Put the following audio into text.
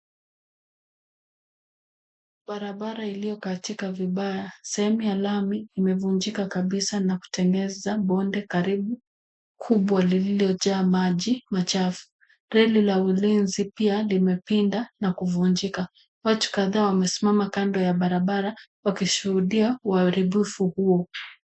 Barabara ilio katika vibaya. Sehemu ya lami, imevunjika kabisa na kutengeza bonde karibu kubwa lililojaa maji machafu. Reli ya ulinzi pia limepinda na kuvunjika. Watu kadhaa wamesimama kando ya barabara wakishuhudia uharibifu huo.